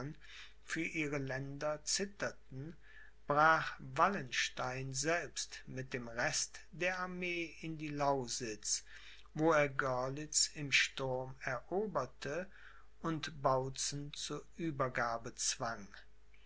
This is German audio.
für ihre länder zitterten brach wallenstein selbst mit dem rest der armee in die lausitz wo er görlitz mit sturm eroberte und bautzen zur uebergabe zwang